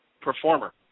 performer